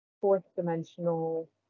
fourth-dimensional